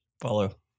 follow